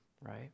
right